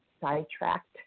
sidetracked